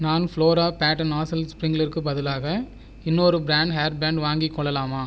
நான் flora pattern நாஸில் ஸ்ப்ரிங்க்ளருக்கு பதிலாக இன்னொரு பிராண்ட் ஹேர் பேண்ட் வாங்கிக் கொள்ளலாமா